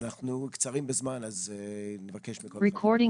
אנחנו קצרים בזמן אז נבקש שזה יהיה קצר.